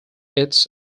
its